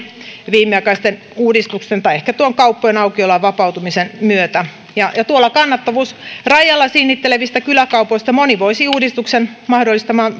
viimeaikaisten uudistusten tai ehkä tuon kauppojen aukioloajan vapautumisen myötä ja ja kannattavuusrajalla sinnittelevistä kyläkaupoista moni voisi uudistuksen mahdollistaman